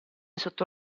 sotto